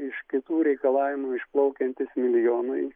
iš kitų reikalavimų išplaukiantys milijonai